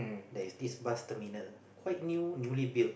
there's this bus terminal quite new newly built